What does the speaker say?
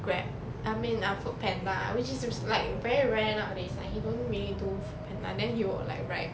Grab I mean foodpanda which is like very rare nowadays like he don't really do foodpanda then he will like ride